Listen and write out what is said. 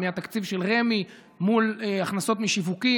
מהתקציב של רמ"י מול הכנסות משיווקים.